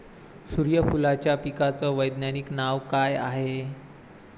सुर्यफूलाच्या पिकाचं वैज्ञानिक नाव काय हाये?